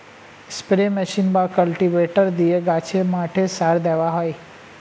spray machine বা cultivator দিয়ে গাছে, মাঠে সার দেওয়া হয়